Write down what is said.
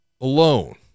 alone